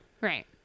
Right